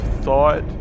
thought